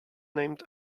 named